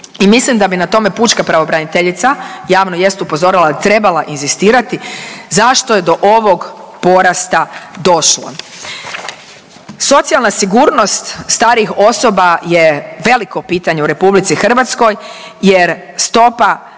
i mislim da bi na tome pučka pravobraniteljica, javno jest upozorila, trebala inzistirala zašto je do ovog porasta došlo. Socijalna sigurnost starijih osoba je veliko pitanje u RH jer stopa